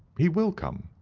he will come.